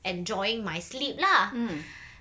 enjoying my sleep lah